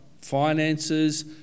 finances